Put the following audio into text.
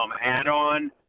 add-on